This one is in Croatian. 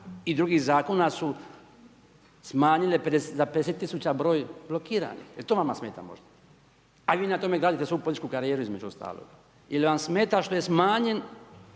i drugih zakona su smanjile za 50000 broj blokiranih, jel to vama, smeta možda? A vi na tome gradite svoju političku karijeru, uostalom. Je li vam smeta što je smanjen